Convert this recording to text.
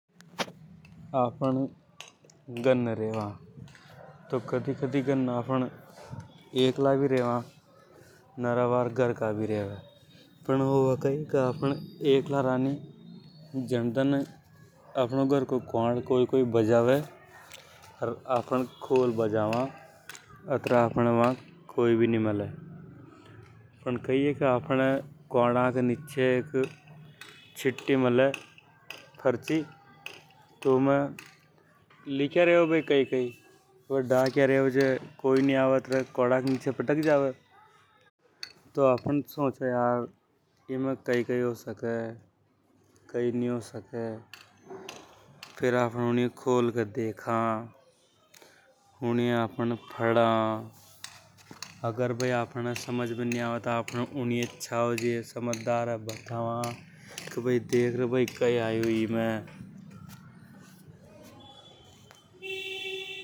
आपन गन्ने रेवा तो कदी कदी एकला भी रेवा। नरा बार घर का रेवे जड़ें या फेर आपन एकला रेवा झड़े अपने। घर को क्वाड कोई कोई बजावे आपन खोल बा जावा अत्रे कोई भी नि मले। पण कई हे के कोई नि आवे अत्रे क्वाड के नीचे पटक जावे। तो आपन सोचा यार एमे कई कई हो सके कई नि हो सके। आपन यूनियें खोल के देखा ऊनिय आपन पढ़ा। देख र भई कई आयो इनमे।